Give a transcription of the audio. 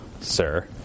sir